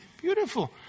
Beautiful